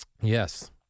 Yes